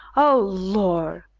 oh, lor!